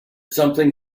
something